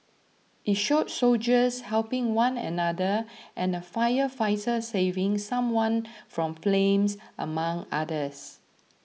it showed soldiers helping one another and a firefighter saving someone from flames among others